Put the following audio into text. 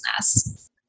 business